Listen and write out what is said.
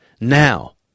Now